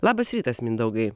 labas rytas mindaugai